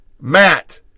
Matt